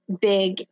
big